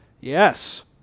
Yes